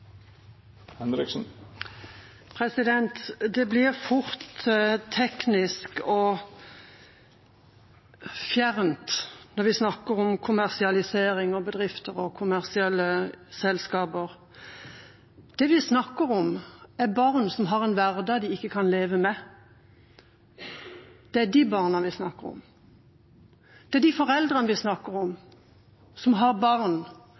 barnevern. Det blir fort teknisk og fjernt når vi snakker om kommersialisering og om bedrifter og kommersielle selskaper. Det vi snakker om, er barn som har en hverdag de ikke kan leve med. Det er de barna vi snakker om. Vi snakker om de foreldrene som